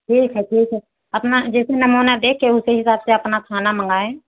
ठीक है ठीक है अपना जैसे नमूना देके उसी हिसाब से अपना खाना मंगाएं